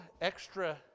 extra